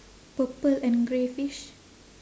purple and grey fish